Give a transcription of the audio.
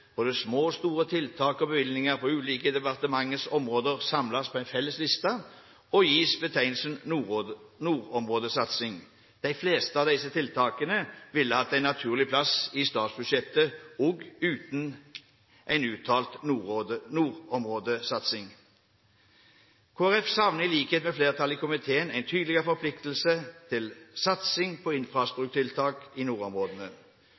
små og store tiltak og bevilgninger på ulike departementers område samles på en felles liste og gis betegnelsen nordområdesatsing. De fleste av disse tiltakene ville hatt en naturlig plass i statsbudsjettet også uten en uttalt nordområdesatsing. Kristelig Folkeparti savner i likhet med flertallet i komiteen en tydeligere forpliktelse til satsing på infrastrukturtiltak i nordområdene.